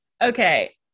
Okay